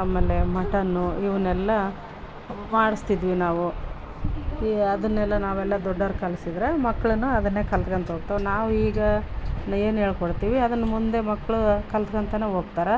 ಆಮೇಲೆ ಮಟನ್ನು ಇವುನ್ನೆಲ್ಲ ಮಾಡಿಸ್ತಿದ್ವಿ ನಾವು ಈಗ ಅದನ್ನೆಲ್ಲ ನಾವೆಲ್ಲ ದೊಡ್ಡೋರು ಕಲಿಸಿದ್ರೆ ಮಕ್ಕಳನ್ನು ಅದನ್ನೇ ಕಲಿತ್ಕೊತ ಹೋಗ್ತವೆ ನಾವು ಈಗ ಏನು ಹೇಳ್ಕೊಡ್ತೀವಿ ಅದನ್ನು ಮುಂದೆ ಮಕ್ಕಳು ಕಲಿತ್ಕೋತಾನೆ ಹೋಗ್ತಾರ